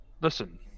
listen